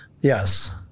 Yes